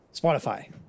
Spotify